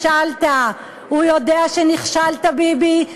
שנכשלת, הוא יודע שנכשלת, ביבי.